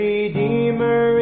Redeemer